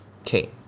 Okay